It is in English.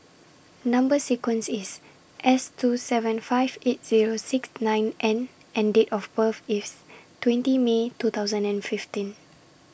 Number sequence IS S two seven five eight Zero six nine N and Date of birth IS twenty May two thousand and fifteen